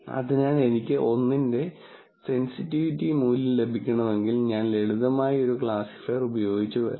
അതിനാൽ എനിക്ക് 1 ന്റെ സെൻസിറ്റിവിറ്റി മൂല്യം ലഭിക്കണമെങ്കിൽ ഞാൻ ലളിതമായി ഒരു ക്ലാസിഫയർ ഉപയോഗിച്ച് വരുന്നു